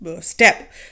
step